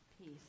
peace